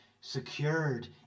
secured